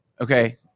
okay